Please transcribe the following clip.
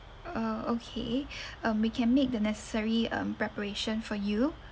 uh okay um we can make the necessary um preparation for you